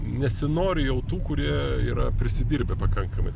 nesinori jau tų kurie yra prisidirbę pakankamai